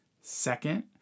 Second